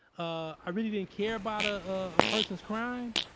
i really didn't care about a ah person's crime.